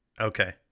Okay